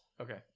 Okay